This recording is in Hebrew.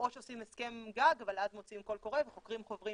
או שעושים הסכם גג ואז מוציאים קול קורא וחוקרים חוברים